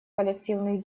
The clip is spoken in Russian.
коллективных